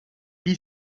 pie